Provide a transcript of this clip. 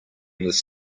this